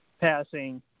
passing